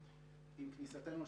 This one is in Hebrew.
אין מספר כזה.